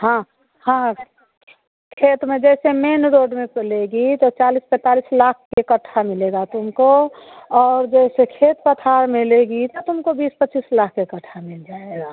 हाँ हाँ हाँ खेत में जैसे मेन रोड में तू लेगी तो चालीस पैंतालीस लाख एकट्ठा मिलेगा तुमको और जैसे खेत बधार में लेगी तो तुमको बीस पच्चीस लाख इकट्ठा मिल जाएगा